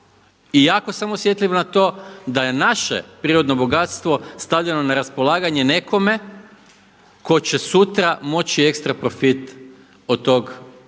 jako sam osjetljiv na to da je naše prirodno bogatstvo stavljeno na raspolaganje nekome tko će sutra moći ekstra profit od tog plina